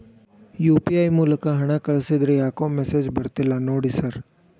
UPI ಮೂಲಕ ಹಣ ಕಳಿಸಿದ್ರ ಯಾಕೋ ಮೆಸೇಜ್ ಬರ್ತಿಲ್ಲ ನೋಡಿ ಸರ್?